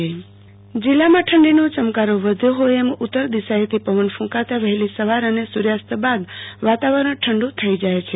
આરતી ભટ ઠંડી જિલ્લામાં ઠડીનો ચમકારો વધ્યો હોય એમ ઉતર દિશાઓથી પવન ફુંકાતા વહેલી સવાર અને સર્યાસ્ત બાદ વાતાવરણ ઠડુ થઈ જાય છે